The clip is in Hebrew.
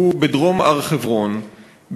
שהוא בדרום הר-חברון,